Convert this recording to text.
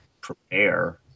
prepare